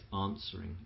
answering